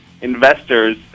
investors